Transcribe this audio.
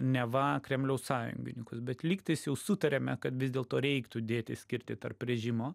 neva kremliaus sąjungininkus bet lygtais jau sutarėme kad vis dėlto reiktų dėti skirtį tarp režimo